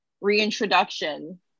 reintroduction